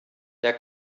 der